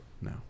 No